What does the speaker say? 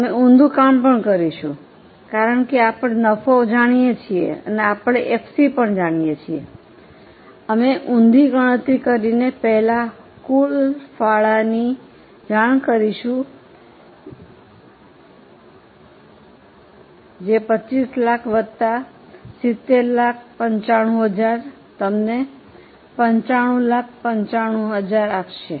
અમે ઊંધું કામ કરીશું કારણ કે આપણે નફો જાણીએ છીએ અને આપણે એફસીને પણ જાણીએ છીએ અમે ઉંધી ગણતરી કરીને પહેલા કુલ ફાળાની જાણ કરીશું જે 2500000 વત્તા 7095000 તમને 9595000 આપશે